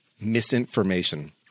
misinformation